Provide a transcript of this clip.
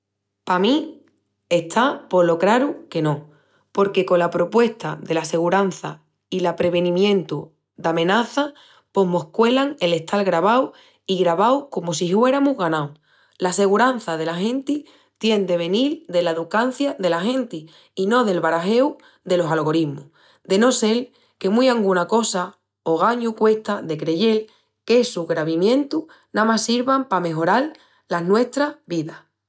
Pa mí está polo craru que no. Porque cola propuesta dela segurança i l'aprevenimientu d'amenazas, pos mos cuelan el estal gravaus i gravaus comu si hueramus ganau. La segurança dela genti tien de venil dela educancia dela genti i no del barajeu delos algoritmus. De no sel que mui anguna cosa, ogañu cuesta de creyel que essus gravamientus namás sirvan pa amejoral las nuestras vidas.